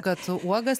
kad uogas